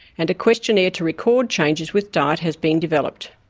and a questionnaire to record changes with diet has been developed.